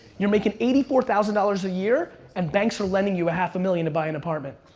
you're making eighty four thousand dollars a year and banks are lending you a half a million to buy an apartment.